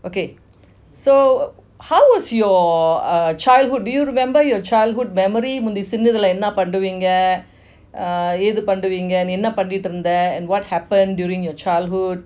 okay so how was your err childhood do you remember your childhood memories முந்தி சின்னதுல என்ன பண்ணுவீங்க எனது பண்ணுவீங்க என்ன பங்கிட்டு இருந்த:munthi chinnathula enna panuvinga eathu panuvinga enna panitu iruntha and what happened during your childhood